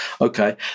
Okay